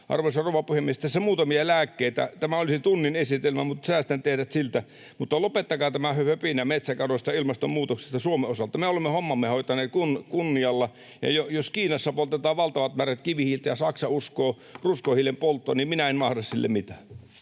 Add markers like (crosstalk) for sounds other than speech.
Arvoisa rouva puhemies! Tässä muutamia lääkkeitä. Tämä olisi tunnin esitelmä, mutta säästän teidät siltä. Lopettakaa tämä höpinä metsäkadosta ja ilmastonmuutoksesta Suomen osalta. Me olemme hommamme hoitaneet kunnialla. Jos Kiinassa poltetaan valtavat määrät kivihiiltä ja Saksa uskoo ruskohiilen polttoon, (noise) niin minä en mahda sille mitään.